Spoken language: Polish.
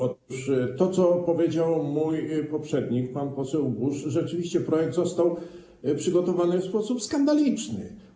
Otóż, jak powiedział mój poprzednik, pan poseł Buż, rzeczywiście projekt został przygotowany w sposób skandaliczny.